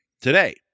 today